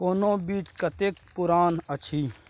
कोनो बीज कतेक पुरान अछि?